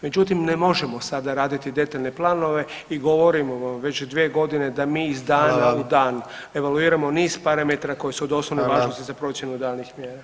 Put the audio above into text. Međutim ne možemo sada raditi detaljne planove i govorimo vam već 2 godine da mi iz dana [[Upadica: Hvala vam.]] dan evaluiramo niz parametra koji su od osnovne važnosti za procjenu danih mjera.